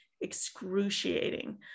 excruciating